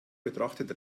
betrachtet